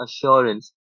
assurance